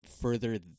further